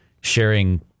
sharing